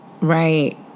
Right